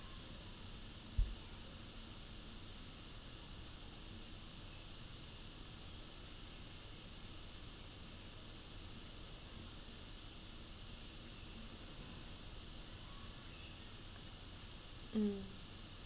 mm